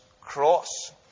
Cross